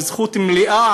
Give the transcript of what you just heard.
וזכות מלאה,